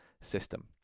system